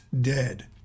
dead